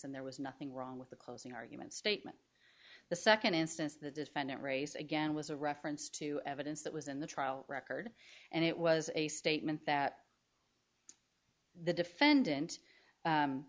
and there was nothing wrong with the closing argument statement the second instance the defendant race again was a reference to evidence that was in the trial record and it was a statement that the defendant